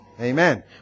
amen